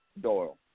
Doyle